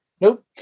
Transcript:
Nope